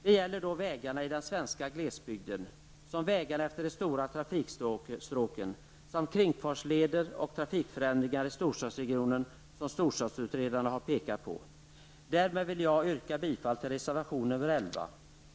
Det gäller då vägarna i den svenska glesbygden, vägarna efter de stora trafikstråken samt kringfartsleder och trafikförändringar i storstadsregionerna som storstadsutredarna har pekat på. Därmed vill jag yrka bifall till reservation nr 11.